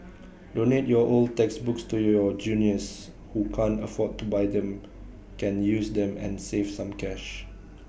donate your old textbooks to your juniors who can't afford to buy them can use them and save some cash